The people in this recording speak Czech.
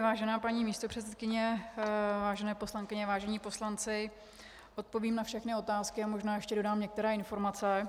Vážená paní místopředsedkyně, vážené poslankyně, vážení poslanci, odpovím na všechny otázky a možná ještě dodám některé informace.